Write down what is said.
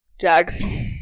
Jags